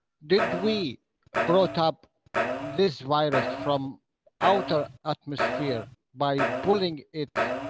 did we brought up this virus from outer atmosphere, by pulling it,